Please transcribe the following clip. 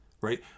Right